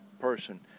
person